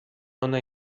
ona